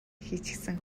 хийчихсэн